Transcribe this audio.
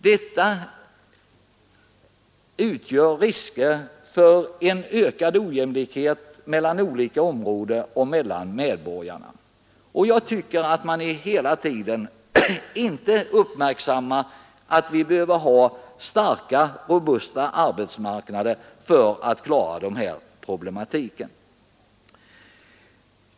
Det finns risker för ökad ojämlikhet mellan medborgarna i olika områden. Jag tycker att man hela tiden inte uppmärksammar att vi behöver ha starka och robusta arbetsmarknader för att klara den problematiken.